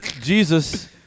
Jesus